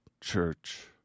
church